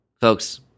Folks